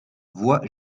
voies